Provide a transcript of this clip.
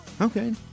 Okay